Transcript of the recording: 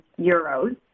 euros